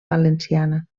valenciana